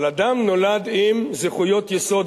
אבל אדם נולד עם זכויות יסוד.